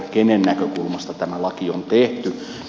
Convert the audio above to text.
kenen näkökulmasta tämä laki on tehty